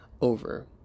over